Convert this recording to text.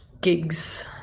gigs